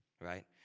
right